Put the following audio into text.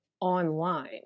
online